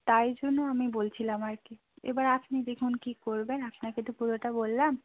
তাই জন্য আমি বলছিলাম আর কি এবার আপনি দেখুন কী করবেন আপনাকে তো পুরোটা বললাম